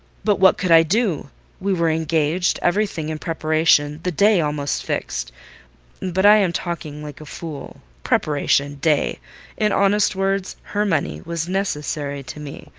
but what could i do we were engaged, every thing in preparation, the day almost fixed but i am talking like a fool. preparation day in honest words, her money was necessary to me,